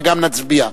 וגם נצביע.